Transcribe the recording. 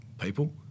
people